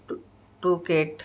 to ٹوکیٹ